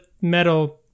metal